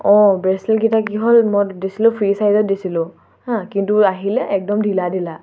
অঁ ব্ৰেছলেটকেইটা কি হ'ল মই দিছিলোঁ ফ্ৰী ছাইজত দিছিলোঁ হা কিন্তু আহিলে একদম ঢিলা ঢিলা